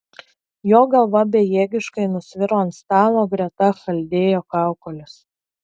jo galva bejėgiškai nusviro ant stalo greta chaldėjo kaukolės